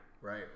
right